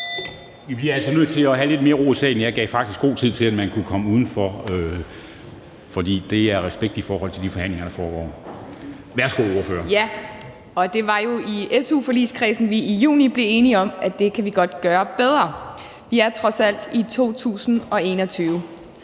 Vi bliver altså nødt til at have lidt mere ro i salen. Jeg gav faktisk god tid til, at man kunne komme udenfor, af respekt for de forhandlinger, der foregår. Værsgo til ordføreren. Kl. 10:20 (Ordfører) Ida Auken (S): Det var jo i su-forligskredsen, vi i juni blev enige om, at det kan vi godt gøre bedre. Vi er trods alt i 2021.